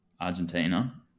Argentina